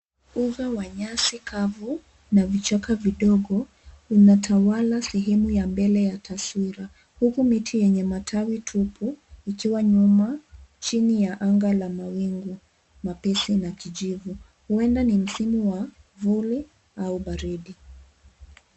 Uga wa nyasi kavu na vichaka vidogo unatawala sehemu ya mbele ya taswira, huku miti yenye natawi tupu ikiwa nyuma chini ya anga la mawingu mapesi na kijivu. Huenda ni msimu wa vuli au baridi.